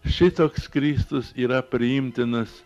šitoks kristus yra priimtinas